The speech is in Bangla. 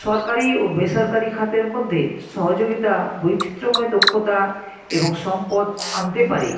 সরকারি ও বেসরকারি খাতের মধ্যে সহযোগিতা বৈচিত্র্যময় দক্ষতা এবং সম্পদ আনতে পারে